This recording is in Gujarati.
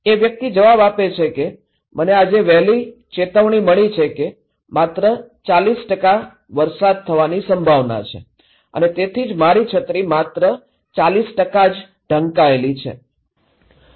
એ વ્યક્તિ જવાબ આપે છે કે મને આજે વહેલી ચેતવણી મળી છે કે માત્ર ૪૦ વરસાદ થવાની સંભાવના છે અને તેથી જ મારી છત્રી માત્ર ૪૦ જ ઢંકાયેલી છે